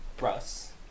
Russ